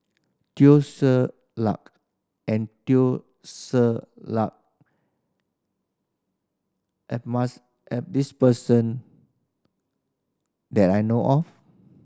Teo Ser Luck and Teo Ser Luck at at this person that I know of